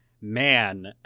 man